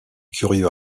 curieux